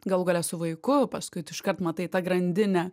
galų gale su vaiku paskui tu iškart matai ta grandinę